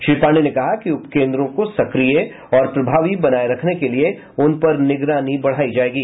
श्री पांडेय ने कहा कि उपकेन्द्रों को सक्रिय और प्रभावी बनाये रखने के लिए उन पर निगरानी बढ़ायी जायेगी